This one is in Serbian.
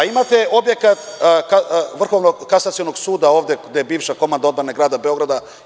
Imate i objekat Vrhovnog kasacionog suda ovde gde je bivša Komanda odbrane grada Beograda.